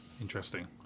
Interesting